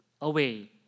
away